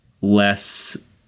less